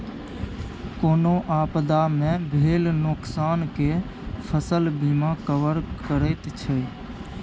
कोनो आपदा मे भेल नोकसान केँ फसल बीमा कवर करैत छै